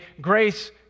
grace